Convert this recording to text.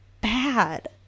bad